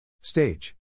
Stage